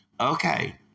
Okay